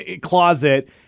closet